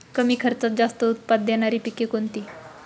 कमी खर्चात जास्त उत्पाद देणारी पिके कोणती?